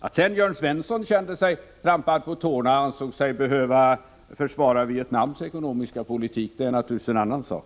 Att sedan Jörn Svensson kände sig trampad på tårna och ansåg sig behöva försvara Vietnams ekonomiska politik är naturligtvis en annan sak.